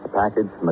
package